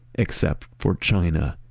except for china.